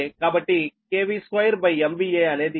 కాబట్టి 2 MVA అనేది 96